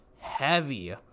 heavy